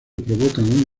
provocan